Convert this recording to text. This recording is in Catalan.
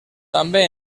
també